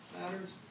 matters